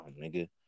nigga